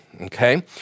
okay